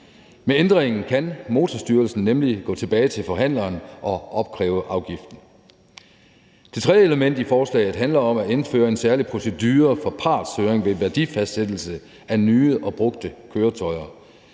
Med ændringen kan Motorstyrelsen nemlig gå tilbage til forhandleren og opkræve afgiften. Det tredje element i forslaget handler om at indføre en særlig procedure for partshøring ved værdifastsættelse af nye og brugte køretøjer.